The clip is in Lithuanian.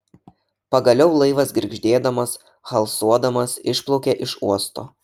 pagaliau laivas girgždėdamas halsuodamas išplaukė iš uosto